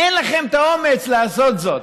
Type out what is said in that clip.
אין לכם את האומץ לעשות זאת.